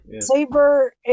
Saber